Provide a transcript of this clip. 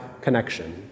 connection